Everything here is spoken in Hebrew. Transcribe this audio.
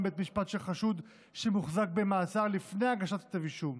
בית משפט של חשוד שמוחזק במאסר לפני הגשת כתב אישום.